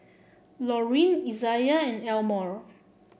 Laurene Izayah and Elmore